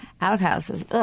Outhouses